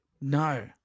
No